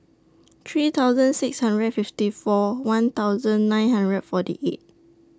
three thousand six hundred and fifty four one thousand nine hundred and forty eight